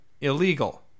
illegal